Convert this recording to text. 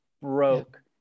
broke